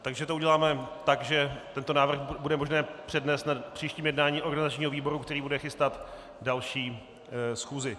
Takže to uděláme tak, že tento návrh bude možné přednést na příštím jednání organizačního výboru, který bude chystat další schůzi.